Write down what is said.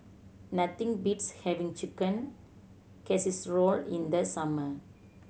nothing beats having Chicken Casserole in the summer